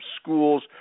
Schools